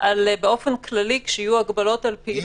באופן כללי שיהיו הגבלות על התקהלות.